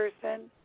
person